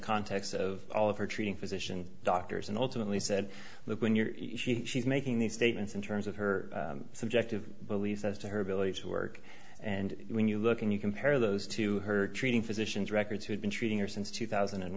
context of all of her treating physician doctors and ultimately said look when you're she's making these statements in terms of her subjective beliefs as to her ability to work and when you look and you compare those to her treating physicians records who've been treating her since two thousand and